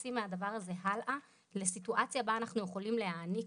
יוצאים מהדבר הזה הלאה לסיטואציה בה אנחנו יכולים להעניק